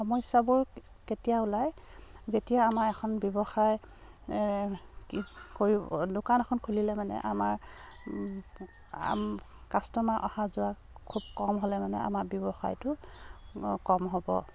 সমস্যাবোৰ কেতিয়া ওলায় যেতিয়া আমাৰ এখন ব্যৱসায় কি কৰিব দোকান এখন খুলিলে মানে আমাৰ কাষ্টমাৰ অহা যোৱা খুব কম হ'লে মানে আমাৰ ব্যৱসায়টো কম হ'ব